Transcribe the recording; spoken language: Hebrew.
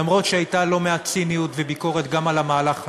אף שהיו לא מעט ציניות וביקורת גם על המהלך הזה,